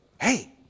hey